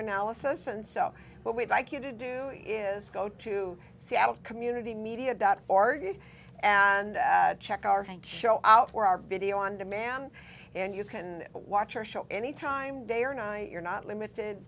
analysis and so what we'd like you to do is go to seattle community media dot org and check our bank show out where our video on demand and you can watch our show any time day or night you're not limited